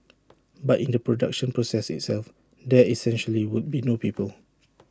but in the production process itself there essentially would be no people